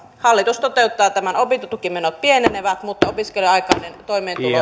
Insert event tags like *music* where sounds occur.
hallitus toteuttaa tämän opintotukimenot pienenevät mutta opiskelujen aikainen toimeentulo *unintelligible*